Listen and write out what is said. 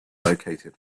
located